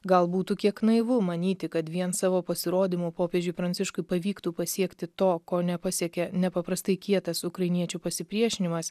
gal būtų kiek naivu manyti kad vien savo pasirodymu popiežiui pranciškui pavyktų pasiekti to ko nepasiekė nepaprastai kietas ukrainiečių pasipriešinimas